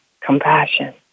compassion